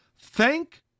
thank